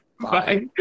Bye